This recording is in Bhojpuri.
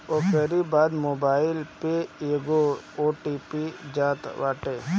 ओकरी बाद मोबाईल पे एगो ओ.टी.पी जात बाटे